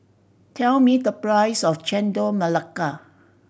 tell me the price of Chendol Melaka